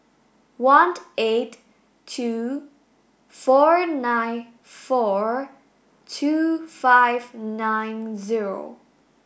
one eight two four nine four two five nine zero